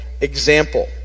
example